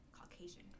Caucasian